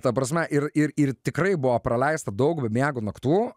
ta prasme ir ir ir tikrai buvo praleista daug bemiegių naktų